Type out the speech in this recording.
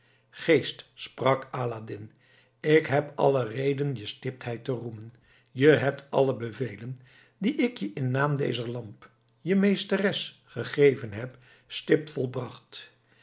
geest sprak aladdin ik heb alle reden je stiptheid te roemen je hebt alle bevelen die ik je in naam dezer lamp je meesteres gegeven heb stipt volbracht